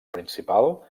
principal